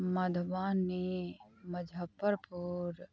Madhubani Muzaffarpur